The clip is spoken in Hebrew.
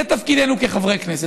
זה תפקידנו כחברי כנסת.